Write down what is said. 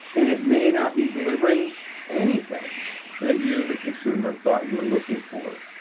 and it may not be delivering anything that you, the consumer, thought you were looking for.